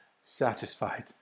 satisfied